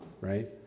right